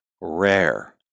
rare